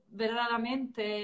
veramente